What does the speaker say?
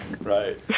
right